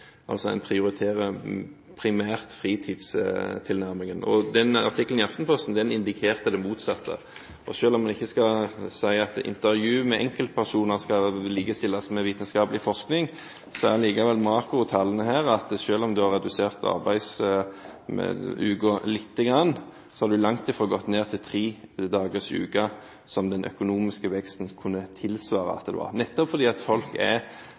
en prioriterer primært fritidstilnærmingen. Den artikkelen i Aftenposten indikerte det motsatte. Selv om en ikke skal si at intervju med enkeltpersoner skal likestilles med vitenskapelig forskning, er det likevel makrotallene her at selv om du har redusert arbeidsuken litt, har du langt fra gått ned til tredagers uke, som den økonomiske veksten kunne tilsvare, nettopp fordi folk er